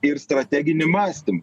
ir strateginį mąstymą